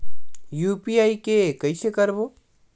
UPI के कइसे करबो?